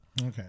Okay